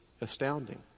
astounding